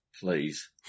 Please